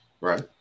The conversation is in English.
Right